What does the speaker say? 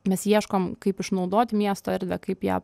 mes ieškom kaip išnaudoti miesto erdvę kaip ją